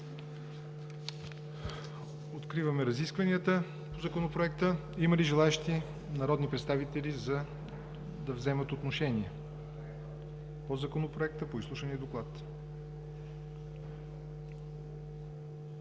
Откривам разискванията по Законопроекта. Има ли желаещи народни представители да вземат отношение по Законопроекта и по изслушания доклад?